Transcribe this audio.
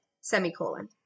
semicolon